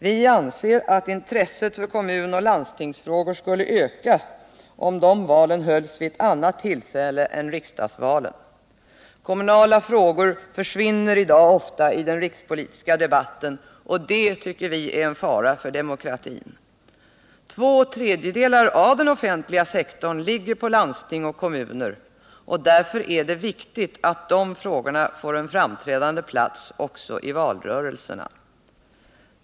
Vi anser att intresset för kommunoch landstingsfrågor skulle öka, om de valen hölls vid ett annat tillfälle än riksdagsvalen. De kommunala frågorna försvinner i dag ofta i den rikspolitiska debatten, vilket vi tycker är en fara för den kommunala demokratin. Två tredjedelar av den offentliga sektorn ligger på landsting och kommuner, och därför är det viktigt att de frågorna får en framträdande plats också i valrörelserna.